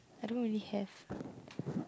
I don't really have